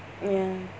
ya